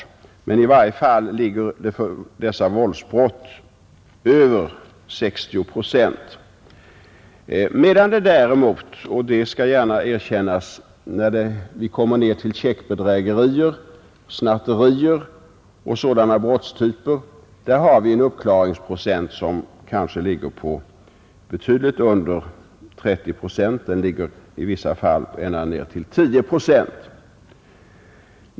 I varje fall ligger uppklaringsprocenten för dessa våldsbrott på över 60 procent, medan vi däremot — det skall jag gärna erkänna — för checkbedrägerier, snatterier och sådana brottstyper har en uppklaringsprocent som kanske ligger betydligt under 30 procent; den ligger i vissa fall ända nere vid 10 procent.